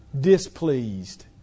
displeased